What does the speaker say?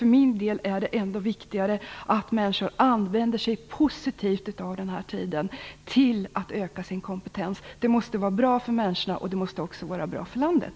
För min del är det viktigt att människor använder den här tiden positivt, dvs. till att öka sin kompetens. Det måste vara bra för människorna och även för landet.